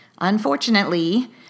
Unfortunately